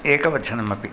एकवचनमपि